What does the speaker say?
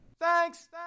Thanks